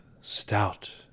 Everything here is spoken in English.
stout